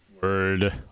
Word